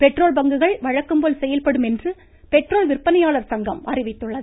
petrol பங்குகள் வழக்கம்போல் செயல்படும் என்று பெட்ரோல் விந்பனையாளர் சங்கம் அறிவித்துள்ளது